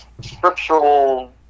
scriptural